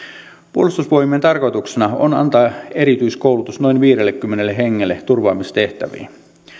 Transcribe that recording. puolustusvoimien tarkoituksena on antaa erityiskoulutus noin viidellekymmenelle hengelle turvaamistehtäviin